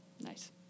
nice